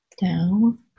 down